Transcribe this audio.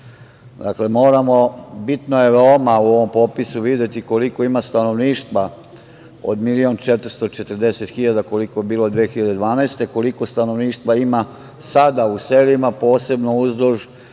bitno je veoma u ovom popisu videti koliko ima stanovništva od 1.440.000 koliko je bilo 2012. godine, koliko stanovništva ima sada u selima, posebno uzduž